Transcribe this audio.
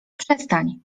przestań